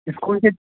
इसकुलसँ